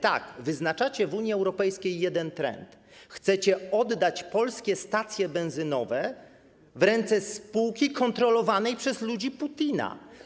Tak, wyznaczacie w Unii Europejskiej jeden trend - chcecie oddać polskie stacje benzynowe w ręce spółki kontrolowanej przez ludzi Putina.